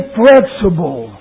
flexible